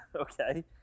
Okay